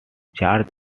charge